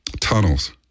tunnels